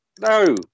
No